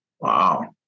Wow